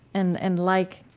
and and like